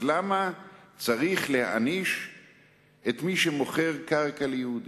אז למה צריך להעניש את מי שמוכר קרקע ליהודי?